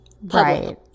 Right